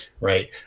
right